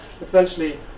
essentially